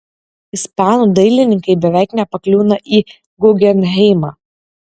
ispanų dailininkai beveik nepakliūna į gugenheimą